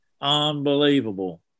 unbelievable